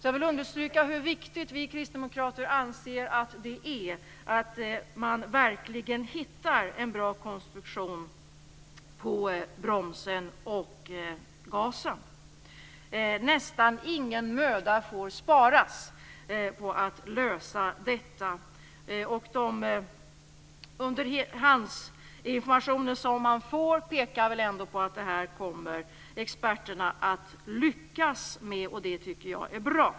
Jag vill understryka hur viktigt vi kristdemokrater anser att det är att man verkligen hittar en bra konstruktion på bromsen och gasen. Nästan ingen möda får sparas på lösandet av detta. Den underhandsinformation som vi får pekar väl på att experterna kommer att lyckas med det här, och det tycker jag är bra.